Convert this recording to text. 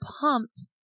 pumped